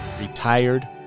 Retired